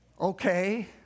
Okay